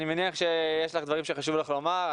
אני מניח שיש לך דברים שחשוב לך לומר,